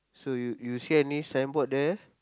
so you you see any signboard there